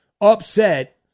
upset